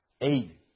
eight